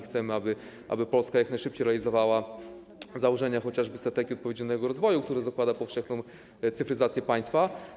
Chcemy, aby Polska jak najszybciej realizowała założenia chociażby „Strategii na rzecz odpowiedzialnego rozwoju”, która zakłada powszechną cyfryzację państwa.